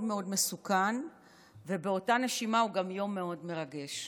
מאוד מסוכן ובאותה נשימה הוא גם יום מאוד מרגש.